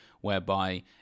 whereby